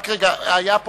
יש לנו